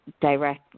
direct